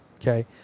Okay